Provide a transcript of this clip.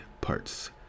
parts